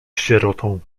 sierotą